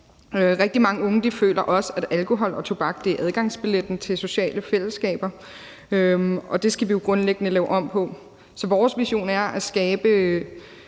Rigtig mange unge føler også, at alkohol og tobak er adgangsbilletten til sociale fællesskaber, og det skal vi jo grundlæggende lave om på. Så vores vision er at skabe